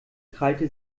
krallte